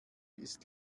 ist